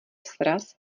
sraz